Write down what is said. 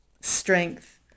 strength